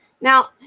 Now